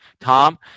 Tom